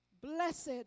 blessed